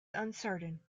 uncertain